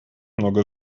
много